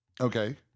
Okay